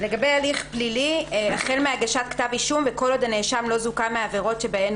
""הליך פלילי" החל מהגשת כתב אישום וכל עוד הנאשם לא זוכה מהעבירות שבהן